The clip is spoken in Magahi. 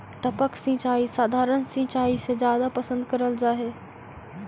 टपक सिंचाई सधारण सिंचाई से जादा पसंद करल जा हे